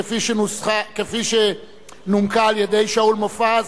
כפי שנומקה על-ידי שאול מופז,